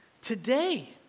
Today